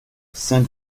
cinq